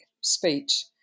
speech